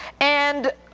and,